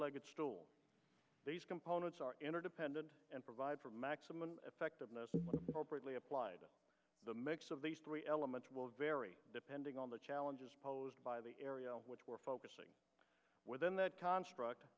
legged stool these components are interdependent and provide for maximum effectiveness really applied the mix of these three elements will vary depending on the challenges posed by the area which we're focusing within that construct